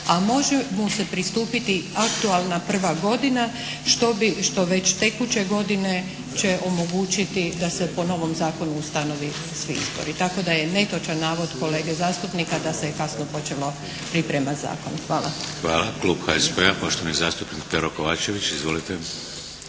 a može mu se pristupiti aktualna prva godina što bi, što već tekuće godine će omogućiti da se po novom zakonu ustanovi svi izbori. Tako da je netočan navod kolege zastupnika da se kasno počelo priprema zakona. Hvala. **Šeks, Vladimir (HDZ)** Hvala. Klub HSP-a poštovani zastupnik Pero Kovačević. Izvolite.